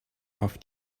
auf